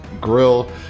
grill